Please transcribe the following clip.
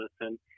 listen